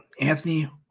Anthony